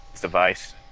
device